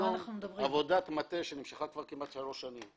הייתה עבודת מטה שנמשכה כבר כמעט שלוש שנים.